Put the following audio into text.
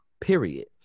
period